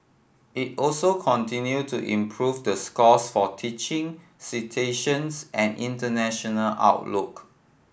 it also continued to improve the scores for teaching citations and international outlook